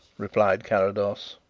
replied carrados.